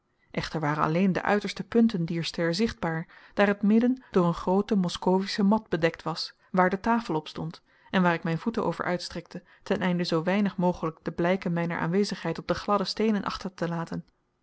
echter waren alleen de uiterste punten dier ster zichtbaar daar het midden door een groote moskovische mat bedekt was waar de tafel op stond en waar ik mijn voeten over uitstrekte ten einde zoo weinig mogelijk de blijken mijner aanwezigheid op de gladde steenen achter te laten